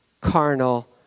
carnal